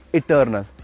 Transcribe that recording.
eternal